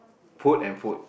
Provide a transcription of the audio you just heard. food and food